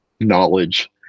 knowledge